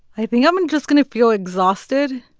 i think i'm and just going to feel exhausted,